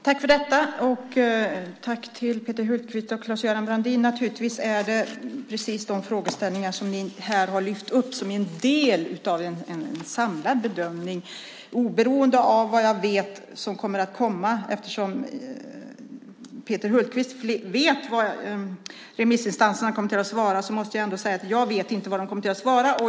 Herr talman! Jag tackar Peter Hultqvist och Claes-Göran Brandin. De frågeställningar som ni här har lyft fram är naturligtvis en del av en samlad bedömning. Peter Hultqvist vet vad remissinstanserna kommer att svara, men jag vet inte vad de kommer att svara.